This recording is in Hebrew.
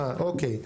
אוקיי.